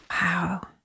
Wow